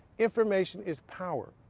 information is power.